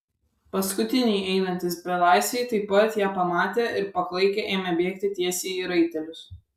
paskutiniai einantys belaisviai taip pat ją pamatė ir paklaikę ėmė bėgti tiesiai į raitelius